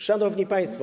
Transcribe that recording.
Szanowni Państwo!